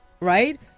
right